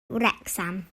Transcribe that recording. wrecsam